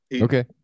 Okay